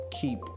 keep